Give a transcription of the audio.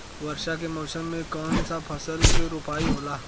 वर्षा के मौसम में कौन सा फसल के रोपाई होला?